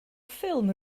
ffilm